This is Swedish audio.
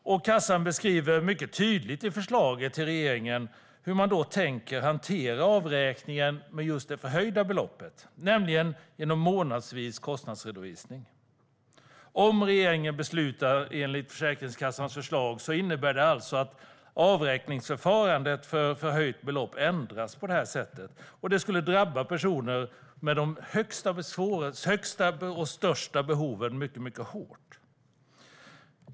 Försäkringskassan beskriver mycket tydligt i förslaget till regeringen hur man då tänker hantera avräkning av förhöjt belopp, nämligen genom månadsvis kostnadsredovisning. Om regeringen beslutar enligt Försäkringskassans förslag innebär det alltså att avräkningsförfarandet för förhöjt belopp ändras på detta sätt. Det skulle drabba personer med de största behoven mycket hårt.